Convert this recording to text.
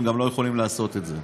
הם גם לא יכולים לעשות את זה,